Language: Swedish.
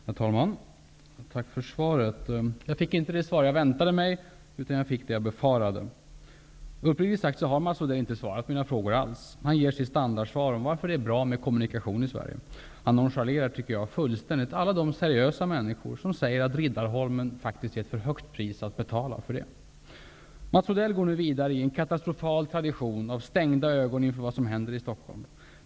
Herr talman! Tack för svaret! Jag fick inte det svar jag väntade mig, utan jag fick det jag befarade. Uppriktigt sagt har Mats Odell inte alls svarat på mina frågor. Han har lämnat sitt standardsvar om varför det är bra med kommunikation i Sverige. Han nonchalerar fullständigt, tycker jag, alla de seriösa människor som säger att Riddarholmen faktiskt är ett för högt pris att betala för det. Mats Odell går nu vidare i en katastrofal situation av stängda ögon inför vad som händer i Stockholm.